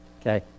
Okay